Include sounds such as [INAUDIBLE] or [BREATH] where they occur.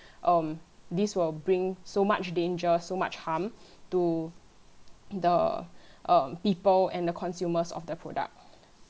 [BREATH] um this will bring so much danger so much harm to the uh people and the consumers of the product